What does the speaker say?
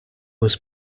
was